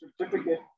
certificate